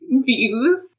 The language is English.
views